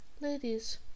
Ladies